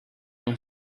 com